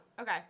okay